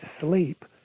sleep